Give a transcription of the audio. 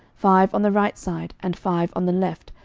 five on the right side, and five on the left,